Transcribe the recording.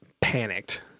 panicked